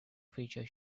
feature